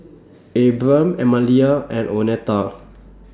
Abram Emilia and Oneta